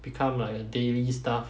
become like a daily stuff